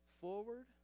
forward